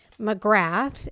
McGrath